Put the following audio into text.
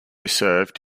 served